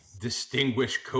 distinguished